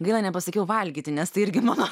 gaila nepasakiau valgyti nes tai irgi mano